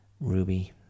Ruby